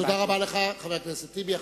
תודה רבה לך, חבר הכנסת טיבי.